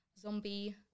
zombie